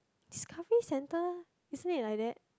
discovery centre isn't it like that